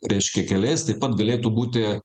reiškia keliais taip pat galėtų būti